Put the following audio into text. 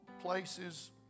places